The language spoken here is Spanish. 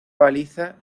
baliza